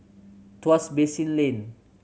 Tuas Basin Lane